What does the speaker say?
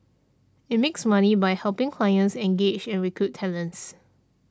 it makes money by helping clients engage and recruit talents